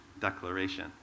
declaration